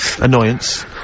Annoyance